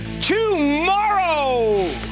tomorrow